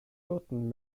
hirten